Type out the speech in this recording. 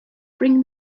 bring